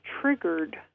triggered